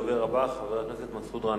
הדובר הבא, חבר הכנסת מסעוד גנאים.